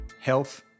health